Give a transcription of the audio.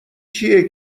کیه